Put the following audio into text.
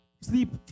sleep